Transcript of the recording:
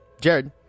Jared